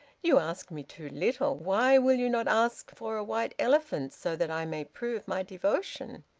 you ask me too little. why will you not ask for a white elephant so that i may prove my devotion?